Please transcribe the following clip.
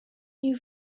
you